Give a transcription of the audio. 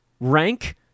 rank